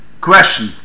Question